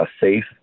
safe